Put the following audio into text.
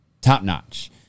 top-notch